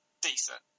decent